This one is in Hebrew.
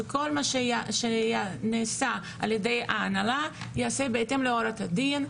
שכל מה שנעשה ע"י ההנהלה ייעשה בהתאם להוראות הדין,